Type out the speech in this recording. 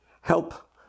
help